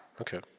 Okay